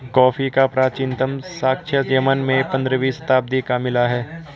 coffee का प्राचीनतम साक्ष्य यमन में पंद्रहवी शताब्दी का मिला है